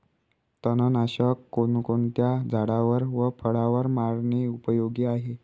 तणनाशक कोणकोणत्या झाडावर व फळावर मारणे उपयोगी आहे?